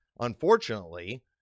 unfortunately